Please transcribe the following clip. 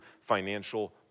financial